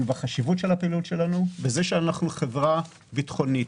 ועל חשיבותה זה שאנחנו חברה ביטחונית